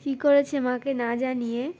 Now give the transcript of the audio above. কী করেছে মাকে না জানিয়ে